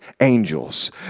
angels